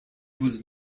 was